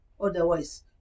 otherwise